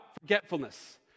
forgetfulness